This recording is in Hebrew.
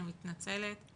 אני מתנצלת.